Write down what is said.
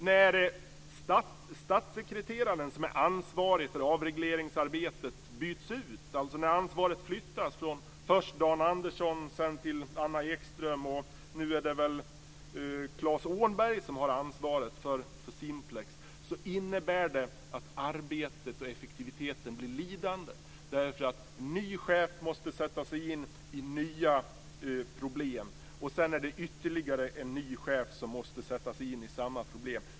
När den statssekreterare som är ansvarig för avregleringsarbetet byts ut innebär det att arbetet och effektiviteten blir lidande. En ny chef måste ju sätta sig in i nya problem. Sedan är det ytterligare en ny chef som måste sätta sig in i samma problem.